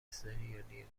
ســریالی